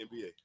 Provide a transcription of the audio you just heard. NBA